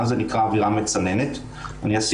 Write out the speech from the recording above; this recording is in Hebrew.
מה זה נקרא אוירה מצננת?